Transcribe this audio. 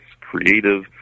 creative